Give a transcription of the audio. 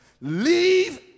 leave